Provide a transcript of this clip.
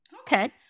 Okay